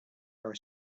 our